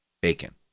bacon